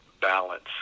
balance